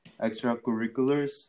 extracurriculars